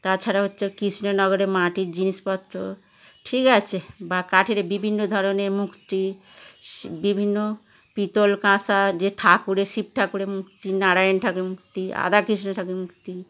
তাছাড়া হচ্ছে কৃষ্ণনগরের মাটির জিনিসপত্র ঠিক আছে বা কাঠের এই বিভিন্ন ধরনের মুর্তি বিভিন্ন পিতল কাঁসার যে ঠাকুরের শিব ঠাকুরের মুর্তি নারায়ণ ঠাকুরের মুর্তি রাধাকৃষ্ণ ঠাকুরের মুর্তি